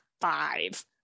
five